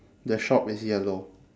the shop is yellow